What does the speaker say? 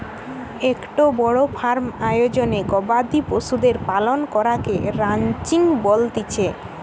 একটো বড় ফার্ম আয়োজনে গবাদি পশুদের পালন করাকে রানচিং বলতিছে